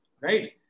right